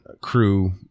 crew